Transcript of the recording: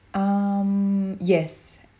um yes